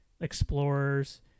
explorers